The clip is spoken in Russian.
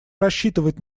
рассчитывать